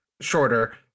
shorter